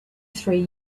three